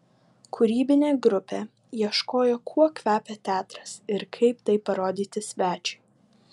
kūrybinė grupė ieškojo kuo kvepia teatras ir kaip tai parodyti svečiui